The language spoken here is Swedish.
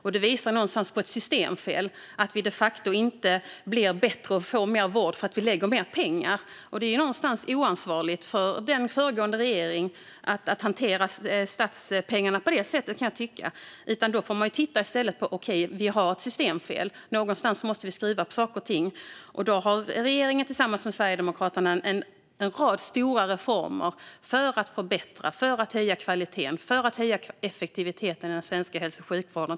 Detta visar någonstans på ett systemfel - vi blir de facto inte bättre och får inte mer vård för att vi lägger mer pengar. Jag kan tycka att det var oansvarigt av den föregående regeringen att hantera statens pengar på det sättet. Vi bör i stället se att det finns ett systemfel att vi någonstans måste skruva på saker och ting. Regeringen har tillsammans med Sverigedemokraterna en rad stora reformer för att förbättra och höja kvaliteten och effektiviteten i den svenska hälso och sjukvården.